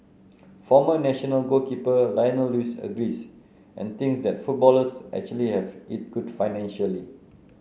former national goalkeeper Lionel Lewis agrees and thinks that footballers actually have it good financially